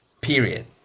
period